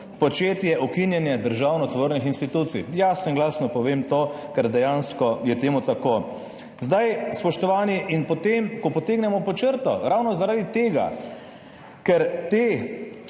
početje ukinjanja državotvornih institucij. Jasno in glasno povem to, ker dejansko je temu tako. Spoštovani in potem, ko potegnemo pod črto, ravno zaradi tega, ker te